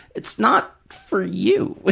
it's not for you.